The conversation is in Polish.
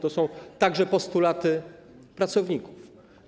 To są także postulaty pracowników.